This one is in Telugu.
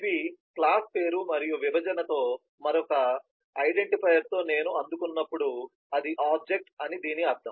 ఇవి క్లాస్ పేరు మరియు విభజనతో మరొక ఐడెంటిఫైయర్తో నేను అందుకున్నప్పుడు ఇది ఆబ్జెక్ట్ అని దీని అర్థం